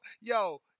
Yo